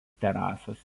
terasos